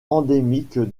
endémique